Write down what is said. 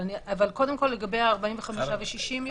אבל לגבי ה-45 יום ו-60 יום,